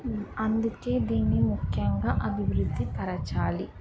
అందుకే దీన్ని ముఖ్యంగా అభివృద్ధి పరచాలి